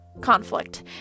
conflict